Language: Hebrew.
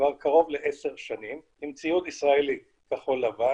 כבר קרוב ל-10 שנים עם ציוד ישראלי כחול-לבן.